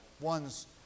One's